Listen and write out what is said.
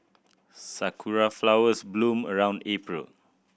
sakura flowers bloom around April